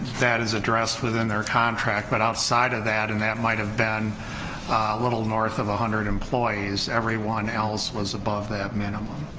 that is addressed within their contract, but outside of that and that might have been a little north of a one hundred employees, everyone else was above that minimum.